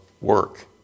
work